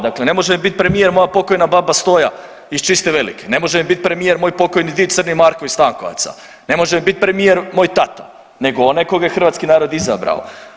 Dakle, ne može bit premijer moja pokojna baba Stoja iz Čiste Velike, ne može mi bit premijer moj pokojni did Crni Marko iz Stankovaca, ne može mi biti premijer moj tata nego onaj kojega je hrvatski narod izabrao.